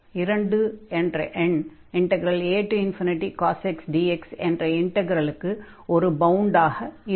2 என்ற எண் acos x dx என்ற இன்டக்ரலுக்கு ஒரு பவுண்டாக இருக்கும்